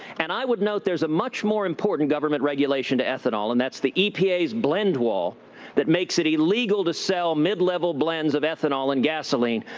and, i would not that there's a much more important government regulation to ethanol, and that's the epa's blend wall that makes it illegal to sell mid-level blends of ethanol in gasoline.